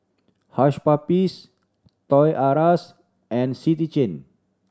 Hush Puppies Toys R Us and City Chain